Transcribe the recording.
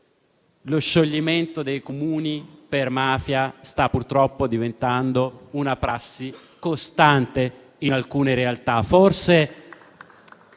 lo scioglimento dei Comuni per mafia stia purtroppo diventando una prassi costante in alcune realtà.